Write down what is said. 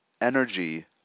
energy